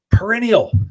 Perennial